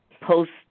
post